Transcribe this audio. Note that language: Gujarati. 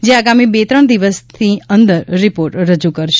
જે આગામી બે ત્રણ દિવસની અંદર રિપોર્ટ રજૂ કરશે